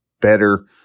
better